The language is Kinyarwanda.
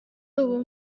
ubu